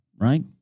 right